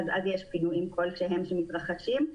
אז יש פינויים כלשהם שמתרחשים.